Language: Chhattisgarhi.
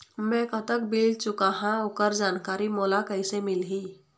मैं कतक बिल चुकाहां ओकर जानकारी मोला कइसे मिलही?